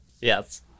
yes